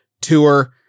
tour